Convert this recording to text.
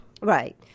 Right